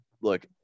Look